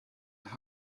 that